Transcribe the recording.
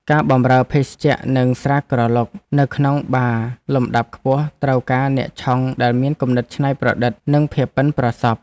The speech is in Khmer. ការបម្រើភេសជ្ជៈនិងស្រាក្រឡុកនៅក្នុងបារលំដាប់ខ្ពស់ត្រូវការអ្នកឆុងដែលមានគំនិតច្នៃប្រឌិតនិងភាពប៉ិនប្រសប់។